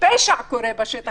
פשע קורה בשטח.